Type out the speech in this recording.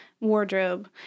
wardrobe